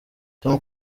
tom